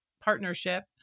partnership